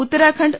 Uttarakhand